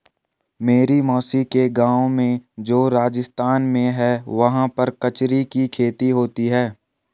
मेरी मौसी के गाँव में जो राजस्थान में है वहाँ पर कचरी की खेती होती है